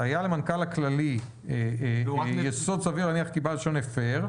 "היה למנהל הכללי יסוד סביר להניח כי בעל רישיון הפר",